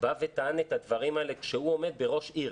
טען את הדברים האלה כשהוא עומד בראש עיר